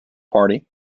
party